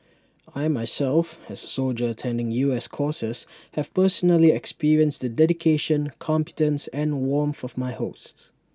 I myself as soldier attending U S courses have personally experienced the dedication competence and warmth of my hosts